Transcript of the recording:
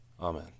Amen